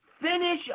finish